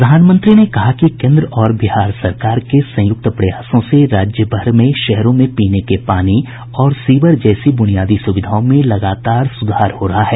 प्रधानमंत्री ने कहा कि केंद्र और बिहार सरकार के संयुक्त प्रयासों से राज्य भर के शहरों में पीने के पानी और सीवर जैसी बुनियादी सुविधाओं में लगातार सुधार हो रहा है